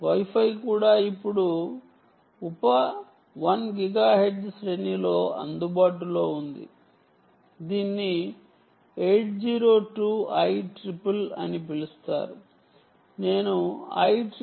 wi fi కూడా ఇప్పుడు ఉప 1 గిగాహెర్ట్జ్ శ్రేణిలో అందుబాటులో ఉంది దీనిని 802 IEEE అని పిలుస్తారు నేను IEEE 802